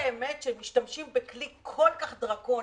כשמשתמשים בכלי כל כך דרקוני,